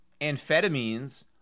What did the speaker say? amphetamines